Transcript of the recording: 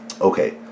Okay